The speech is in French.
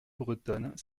bretonne